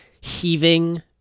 heaving